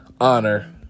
honor